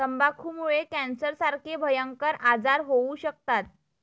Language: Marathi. तंबाखूमुळे कॅन्सरसारखे भयंकर आजार होऊ शकतात